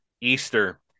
Easter